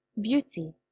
Beauty